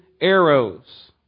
arrows